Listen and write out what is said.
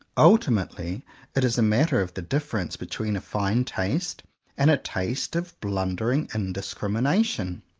ultimately it is a matter of the difference between a fine taste and a taste of blundering indis crimination.